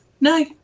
No